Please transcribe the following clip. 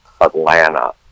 Atlanta